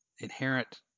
inherent